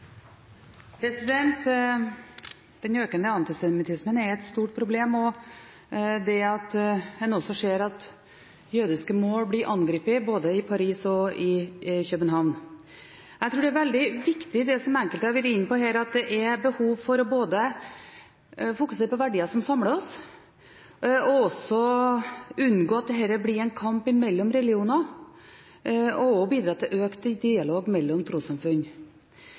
et stort problem – og også det at en ser at jødiske mål blir angrepet, både i Paris og i København. Jeg tror det er veldig viktig – som enkelte har vært inne på her – både å fokusere på verdier som samler oss, og å unngå at dette blir en kamp mellom religioner, og også bidra til økt dialog mellom trossamfunn.